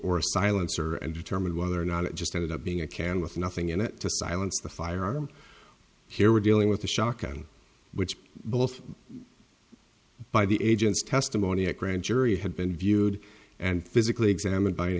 a silencer and determine whether or not it just ended up being a can with nothing in it to silence the firearm here we're dealing with the shock on which both by the agent's testimony a grand jury had been viewed and physically examined by an